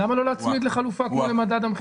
אבל למה לא להצמיד לחלופה כמו למדד המחירים?